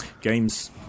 Games